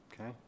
Okay